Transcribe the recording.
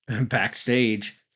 Backstage